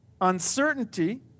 uncertainty